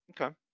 Okay